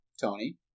Tony